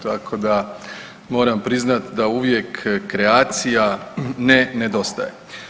Tako da moram priznati da uvijek kreacija ne nedostaje.